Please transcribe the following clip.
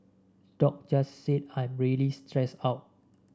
Doc just said I'm really stressed out